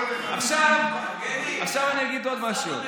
כל הנכדים שלי, עכשיו אני אגיד עוד משהו.